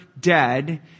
dead